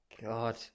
God